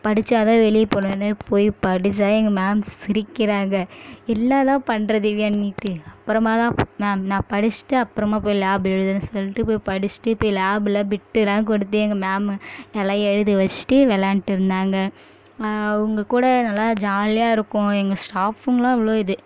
படிச்சால் தான் வெளியே போலான்னு போய் படிச்சால் எங்கள் மேம் சிரிக்கிறாங்க என்ன தான் பண்ணுற திவ்யா நீ ண்ட்டு அப்புறமா தான் மேம் நான் படிச்சுட்டு அப்புறமா போய் லேப் எழுதுன்னு சொல்லிட்டு போய் படிச்சுட்டு போய் லேபில் பிட்டெல்லாம் கொடுத்து எங்கள் மேம்மு அதெல்லாம் எழுதி வச்சிட்டு விளாண்டுட்டு இருந்தாங்க அவங்க கூட நல்லா ஜாலியாக இருக்கும் எங்கள் ஸ்டாஃபுங்களும் அவ்வளோ இது